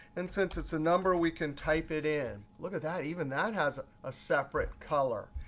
and since it's a number, we can type it in. look at that. even that has a separate color.